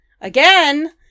again